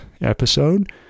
episode